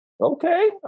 Okay